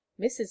Mrs